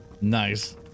nice